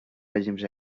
règims